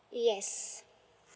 yes